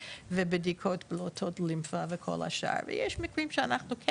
ובדיקות של בלוטות הלימפה וכל השאר ויש מקרים שאנחנו כן